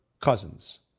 Cousins